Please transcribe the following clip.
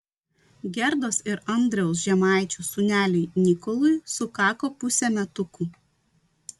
gerdos ir andriaus žemaičių sūneliui nikolui sukako pusė metukų